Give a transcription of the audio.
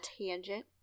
tangent